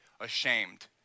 ashamed